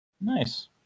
Nice